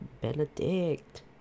Benedict